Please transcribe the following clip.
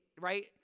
right